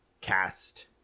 cast